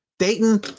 Dayton